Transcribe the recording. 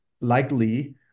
Likely